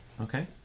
Okay